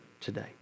today